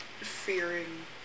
fearing